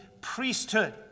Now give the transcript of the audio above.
priesthood